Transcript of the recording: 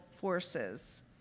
forces